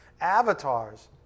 Avatars